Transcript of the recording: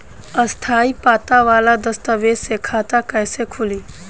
स्थायी पता वाला दस्तावेज़ से खाता कैसे खुली?